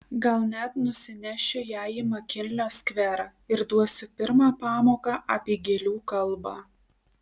gal net nusinešiu ją į makinlio skverą ir duosiu pirmą pamoką apie gėlių kalbą